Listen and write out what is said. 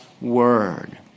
word